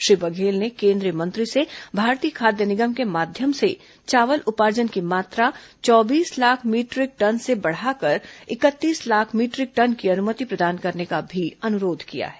श्री बघेल ने केंद्रीय मंत्री से भारतीय खाद्य निगम के माध्यम से चावल उपार्जन की मात्रा चौबीस लाख मीटरिक टन से बढ़ाकर इकतीस लाख मीटरिक टन की अनुमति प्रदान करने का भी अनुरोध किया है